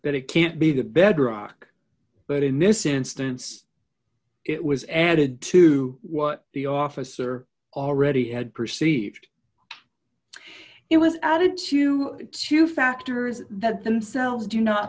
that it can't be the bedrock but in this instance it was added to what the officer already had perceived it was added to two factors that themselves do not